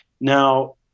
Now